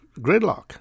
gridlock